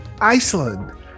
Iceland